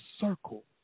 circle